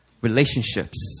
relationships